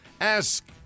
Ask